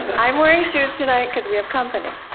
i'm wearing shoes tonight, because we have company